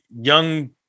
young